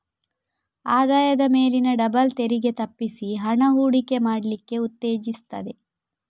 ಆದಾಯದ ಮೇಲಿನ ಡಬಲ್ ತೆರಿಗೆ ತಪ್ಪಿಸಿ ಹಣ ಹೂಡಿಕೆ ಮಾಡ್ಲಿಕ್ಕೆ ಉತ್ತೇಜಿಸ್ತದೆ